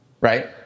right